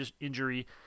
injury